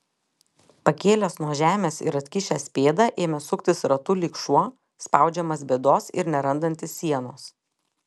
pakėlęs nuo žemės ir atkišęs pėdą ėmė suktis ratu lyg šuo spaudžiamas bėdos ir nerandantis sienos